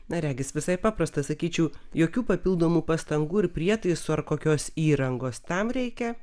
na regis visai paprasta sakyčiau jokių papildomų pastangų ir prietaisų ar kokios įrangos tam reikia